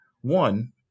one